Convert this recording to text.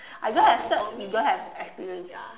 I don't have certs you don't have experience ya